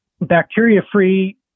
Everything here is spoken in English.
bacteria-free